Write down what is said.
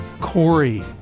Corey